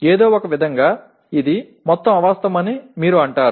ఏదో ఒకవిధంగా ఇది మొత్తం అవాస్తవమని మీరు అంటారు